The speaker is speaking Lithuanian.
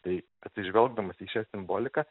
tai atsižvelgdamas į šią simboliką